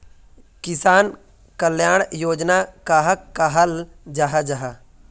किसान कल्याण योजना कहाक कहाल जाहा जाहा?